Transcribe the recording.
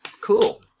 Cool